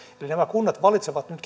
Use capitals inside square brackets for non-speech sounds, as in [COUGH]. nämä kunnat valitsevat nyt [UNINTELLIGIBLE]